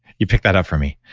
you pick that up for me.